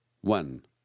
One